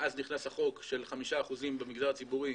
אז נכנס החוק של 5% במגזר הציבורי,